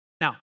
Now